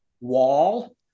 wall